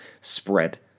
spread